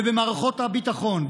ובמערכות הביטחון,